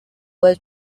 were